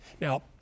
Now